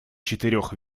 четырех